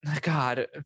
god